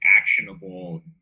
actionable